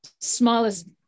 smallest